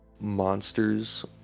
monsters